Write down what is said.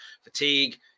fatigue